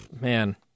man